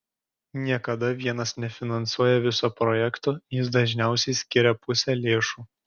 niekada vienas nefinansuoja viso projekto jis dažniausiai skiria pusę lėšų